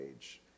age